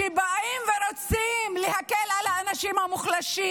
שבאים ורוצים להקל על האנשים המוחלשים.